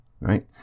right